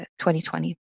2020